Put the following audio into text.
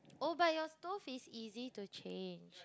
oh but your stove is easy to change